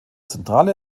zentrale